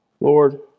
Lord